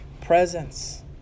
presence